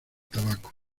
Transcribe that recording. tabaco